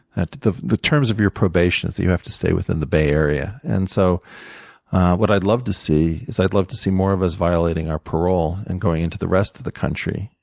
the the terms of your probation is that you have to stay within the bay area. and so what i'd love to see is i'd love to see more of us violating our parole and going into the rest of the country,